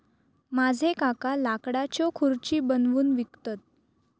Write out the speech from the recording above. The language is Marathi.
माझे काका लाकडाच्यो खुर्ची बनवून विकतत